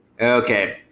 okay